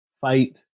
fight